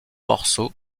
morceau